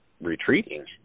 retreating